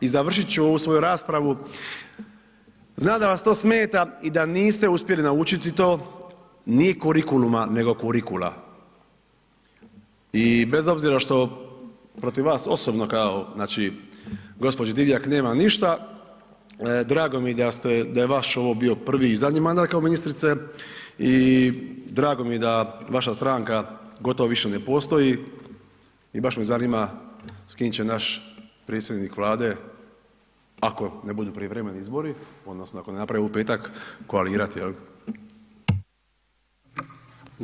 I završit ću ovu svoju raspravu, znam da vas to smeta i da niste uspjeli naučiti to, nije kurikuluma nego kurikula i bez obzira što protiv vas osobno gospođo Divjak nemam ništa, drago mi je da je vaš ovo bio prvi i zadnji mandat kao ministrice i drago mi je da vaša stranka gotovo više ne postoji i baš me zanima s kim će naš predsjednik Vlade, ako ne budu prijevremeni izbori odnosno ako ne naprave u petak koalirati jel.